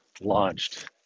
launched